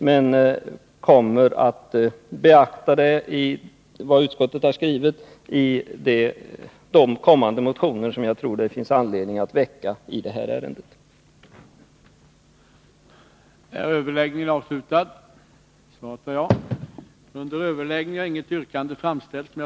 Men i kommande 117 motioner, som jag tror det finns anledning att väcka i detta ärende, kommer jag att beakta vad utskottet har skrivit.